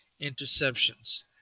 interceptions